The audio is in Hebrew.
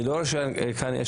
אני רואה שיש עומס,